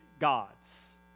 God's